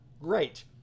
great